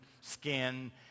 skin